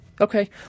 Okay